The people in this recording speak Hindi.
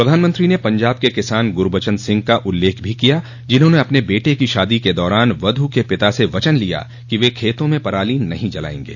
प्रधानमंत्री ने पंजाब के किसान गुरूबचन सिंह का उल्लेख भी किया जिन्होंने अपने बेटे की शादी के दौरान वधु के पिता से वचन लिया कि वे खेतों में पराली नहीं जलाएंगे